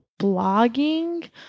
blogging